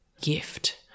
gift